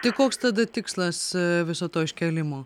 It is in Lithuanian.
tai koks tada tikslas viso to iškėlimo